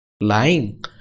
Lying